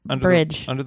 bridge